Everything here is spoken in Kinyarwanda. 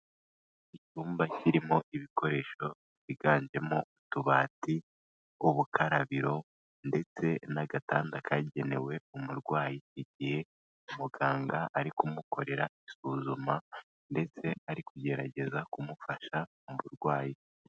Icyumba kirimo ibikoresho byiganjemo utubati, ubukarabiro ndetse n'agatanda kagenewe umurwayi igihe umuganga ari kumukorera isuzuma ndetse ari kugerageza kumufasha mu burwayi.